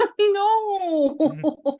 No